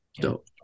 dope